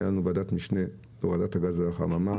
הייתה לנו וועדת משנה של הורדת גזי החממה